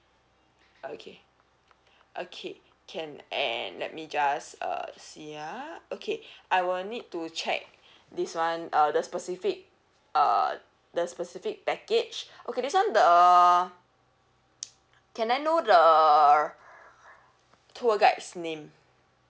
okay okay can and let me just uh see ah okay I will need to check this one uh the specific uh the specific package okay this one the can I know the tour guide's name